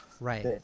right